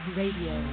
radio